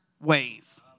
ways